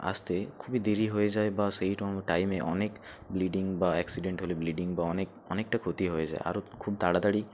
আসতে খুবই দেরি হয়ে যায় বা সেইরকম টাইমে অনেক ব্লিডিং বা অ্যাক্সিডেন্ট হলে ব্লিডিং বা অনেক অনেকটা ক্ষতি হয়ে যায় আরও খুব তাড়াতাড়ি